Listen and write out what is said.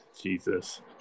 Jesus